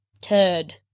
turd